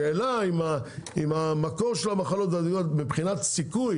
השאלה אם המקור של המחלות ועלויות מבחינת סיכוי